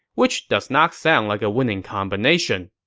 which does not sound like a winning combination.